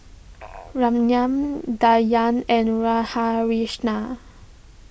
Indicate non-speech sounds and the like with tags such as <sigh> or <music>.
<noise> Ramnath Dhyan and Radhakrishnan